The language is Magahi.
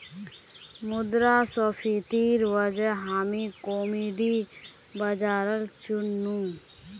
मुद्रास्फीतिर वजह हामी कमोडिटी बाजारल चुन नु